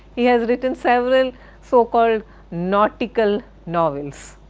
he has written several so-called nautical novels.